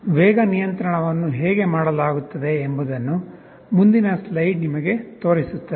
ವೇಗ ನಿಯಂತ್ರಣವನ್ನು ಹೇಗೆ ಮಾಡಲಾಗುತ್ತದೆ ಎಂಬುದನ್ನು ಮುಂದಿನ ಸ್ಲೈಡ್ ನಿಮಗೆ ತೋರಿಸುತ್ತದೆ